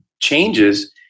changes